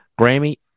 Grammy